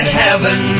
heaven